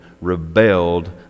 rebelled